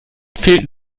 fehlten